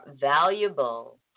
valuable